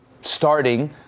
starting